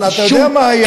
אבל אתה יודע מה היה,